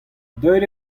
deuet